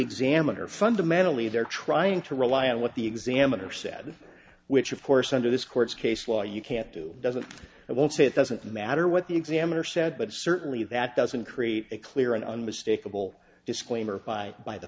examiner fundamentally they're trying to rely on what the examiner said which of course under this court's case well you can't do doesn't i won't say it doesn't matter what the examiner said but certainly that doesn't create a clear and unmistakable disclaimer by by the